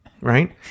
right